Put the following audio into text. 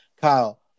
Kyle